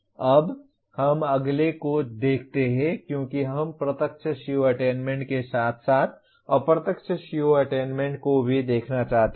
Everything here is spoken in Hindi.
अब हम अगले को देखते हैं क्योंकि हम प्रत्यक्ष CO अटेन्मेन्ट के साथ साथ अप्रत्यक्ष CO अटेन्मेन्ट को भी देखना चाहते हैं